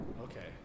Okay